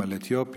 על אתיופים,